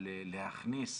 אבל להכניס